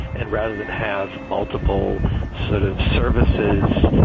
and rather than have multiple sort of services.